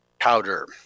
powder